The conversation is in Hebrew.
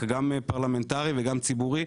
גם פרלמנטרי וגם ציבורי,